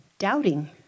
Doubting